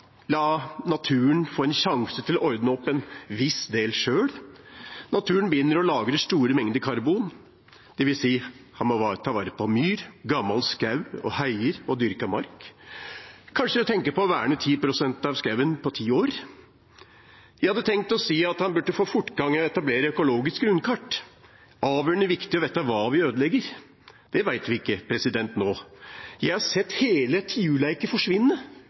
la naturen få en sjanse til å ordne opp en viss del selv. Naturen binder og lagrer store mengder karbon, dvs. at han må ta vare på myr, gammel skog, heier og dyrket mark – og kanskje tenke på å verne 10 pst. av skogen på ti år. Jeg hadde tenkt å si at han burde få fortgang i å etablere et økologisk grunnkart. Det er avgjørende viktig å vite hva vi ødelegger. Det vet vi ikke nå. Jeg har sett hele